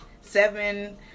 seven